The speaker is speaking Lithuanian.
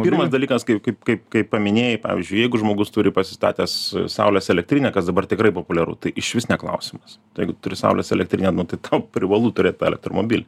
pirmas dalykas kaip kaip kaip kai paminėjai pavyzdžiui jeigu žmogus turi pasistatęs saulės elektrinę kas dabar tikrai populiaru tai išvis ne klausimas tai jeigu turi saulės elektrinę tai tau privalu turėt tą elektromobilį